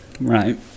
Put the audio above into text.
Right